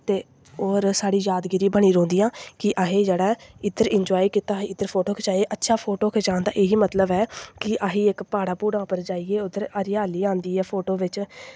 ते होर साढ़ी यादगिरी बनी रौंह्दियां कि असें जेह्ड़ा ऐ इद्धर इन्जाए कीता इद्धर फोटो खचाए अच्छा फोटो खचान दा एह् ही मतलब ऐ कि असीं इक प्हाड़ा प्हू़ड़ा उप्पर जाइयै उद्धर हरियाली आंदी ऐ फोटो बिच्च